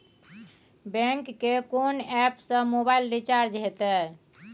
Bank के कोन app से मोबाइल रिचार्ज हेते?